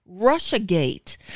Russiagate